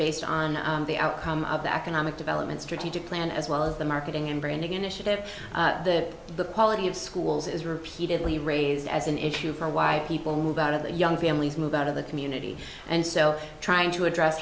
based on the outcome of the economic development strategic plan as well as the marketing and branding initiative that the quality of schools is repeatedly raised as an issue for why people move out of the young families move out of the community and sell trying to address